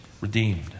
redeemed